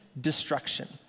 destruction